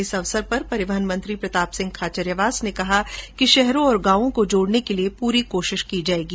इस अवसर पर परिवहन मंत्री प्रताप सिंह खाचरियावास ने कहा कि शहरों और गांवों को जोड़ने के लिए पूरी कोशिश की जाएगी